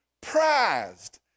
prized